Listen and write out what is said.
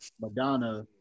madonna